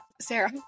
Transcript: Sarah